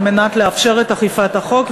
על מנת לאפשר את אכיפת החוק.